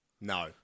No